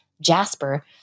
Jasper